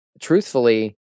truthfully